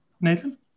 Nathan